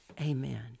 Amen